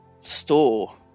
store